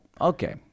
Okay